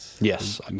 Yes